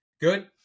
Good